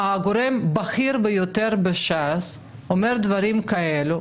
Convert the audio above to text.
גורם בכיר ביותר בש"ס אומר דברים כאלה,